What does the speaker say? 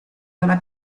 dalla